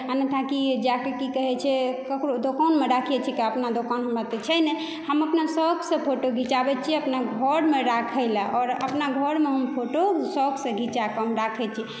आ नहि ताकि जाके की कहै छै ककरो दोकानमे राखै छिके अपना दोकान हमरा तऽ छै ने हम अपना शौक से फोटो घिचाबै छियै अपना घरमे राखै लए आओर अपना घरमे हम फोटो शौक से घिचाके हम राखै छियै